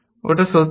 ওটা সত্যি না